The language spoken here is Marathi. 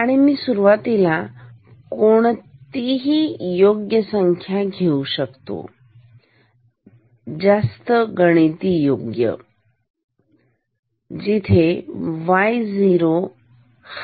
आणि मी सुरुवातीला कोणतीही योग्य संख्या घेऊ शकतोजास्त गिणीती योग्य जिथे y0 हा आहे y0